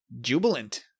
jubilant